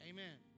Amen